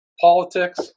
politics